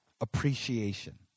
appreciation